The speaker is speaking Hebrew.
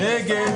מי נמנע?